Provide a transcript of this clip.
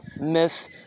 miss